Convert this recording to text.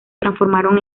transformaron